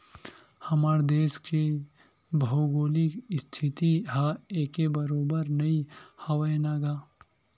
हमर देस के भउगोलिक इस्थिति ह एके बरोबर नइ हवय न गा